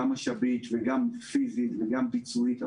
גם משאבית וגם פיזית וגם ביצועית.